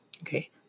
Okay